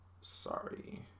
Sorry